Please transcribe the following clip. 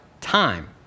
time